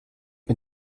mit